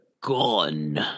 Gone